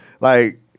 Like-